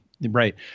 right